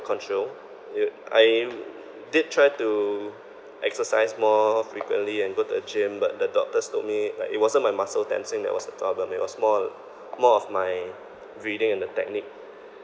control I did try to exercise more frequently and go to a gym but the doctors told me like it wasn't my muscle tensing that was the problem it was more ol~ more of my breathing and the technique